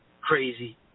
crazy